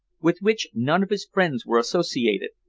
with which none of his friends were associated,